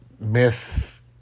myth